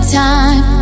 time